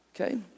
okay